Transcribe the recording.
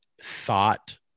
thought